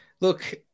Look